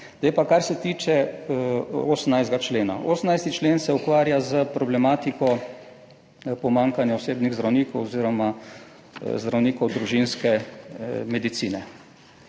kar se tiče 18. člena, 18. člen se ukvarja s problematiko pomanjkanja osebnih zdravnikov oziroma zdravnikov družinske medicine.